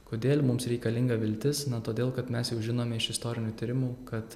kodėl mums reikalinga viltis na todėl kad mes jau žinome iš istorinių tyrimų kad